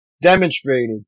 demonstrated